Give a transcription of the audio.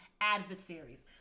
adversaries